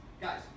Guys